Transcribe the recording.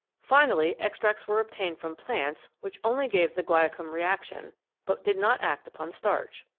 finally extracts were obtained from plants which only gave the guaiacum reaction but did not act upon starch.